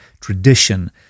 tradition